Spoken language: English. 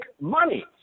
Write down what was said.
money